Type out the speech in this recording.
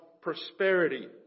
prosperity